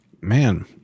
man